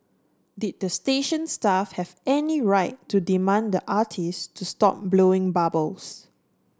did the station staff have any right to demand the artist to stop blowing bubbles